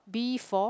B for